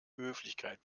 höflichkeit